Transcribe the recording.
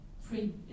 free